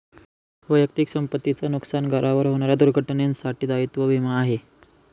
वैयक्तिक संपत्ती च नुकसान, घरावर होणाऱ्या दुर्घटनेंसाठी दायित्व विमा आहे